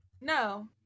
No